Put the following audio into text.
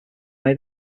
may